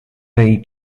lõi